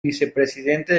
vicepresidente